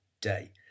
day